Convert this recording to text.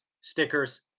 stickers